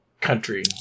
country